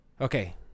okay